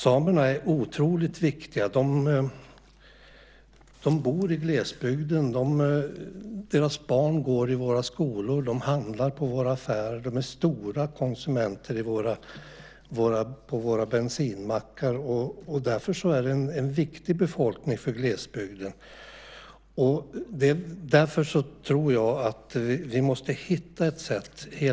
Samerna är otroligt viktiga. De bor i glesbygden. Deras barn går i våra skolor. De handlar i våra affärer. De är stora konsumenter på våra bensinmackar. Därför är det en viktig befolkning för glesbygden. Därför tror jag att vi måste hitta ett sätt att arbeta med detta.